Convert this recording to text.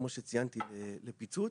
כמו שציינתי, לפיצוץ.